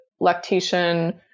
lactation